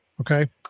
Okay